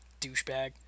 douchebag